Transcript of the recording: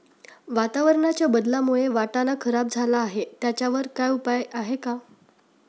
वातावरणाच्या बदलामुळे वाटाणा खराब झाला आहे त्याच्यावर काय उपाय आहे का?